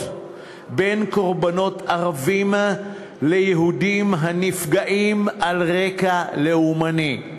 בין קורבנות ערבים ליהודים הנפגעים על רקע לאומני.